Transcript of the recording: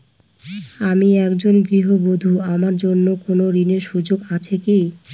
আমি একজন গৃহবধূ আমার জন্য কোন ঋণের সুযোগ আছে কি?